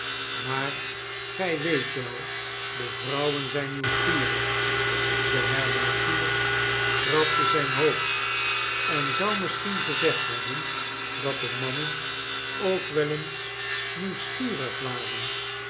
maar gij weet wel de vrouwen zijn nieuwsgierig de herbergier krabde zijn hoofd en zou misschien gezegd hebben dat de mannen ook wel eens nieuwsgierig waren